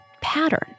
pattern